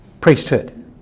priesthood